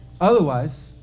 Otherwise